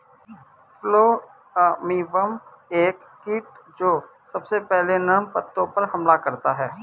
fall armyworm एक कीट जो सबसे पहले नर्म पत्तों पर हमला करता है